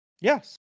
Yes